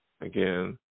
again